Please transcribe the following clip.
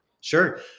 Sure